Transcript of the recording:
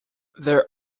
there